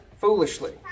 foolishly